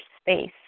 space